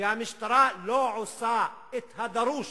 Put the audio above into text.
המשטרה לא עושה את הדרוש